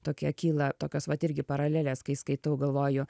tokie kyla tokios vat irgi paralelės kai skaitau galvoju